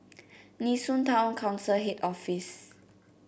Nee Soon Town Council Head Office